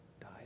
died